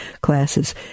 classes